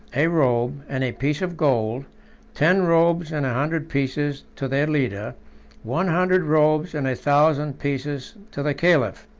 a robe, and a piece of gold ten robes and a hundred pieces to their leader one hundred robes and a thousand pieces to the caliph.